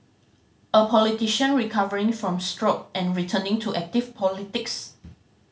a politician recovering from stroke and returning to active politics